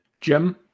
Jim